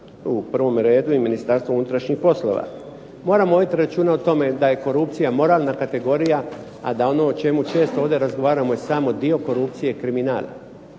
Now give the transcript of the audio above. u prvom redu i Ministarstvo unutrašnjih poslova. Moram voditi računa o tome da je korupcija moralna kategorija, a da ono o čemu često ovdje razgovaramo je samo dio korupcije kriminal.